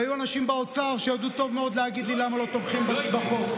והיו אנשים באוצר שידעו להגיד לי טוב מאוד למה לא תומכים בחוק.